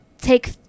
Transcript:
take